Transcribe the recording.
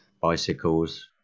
bicycles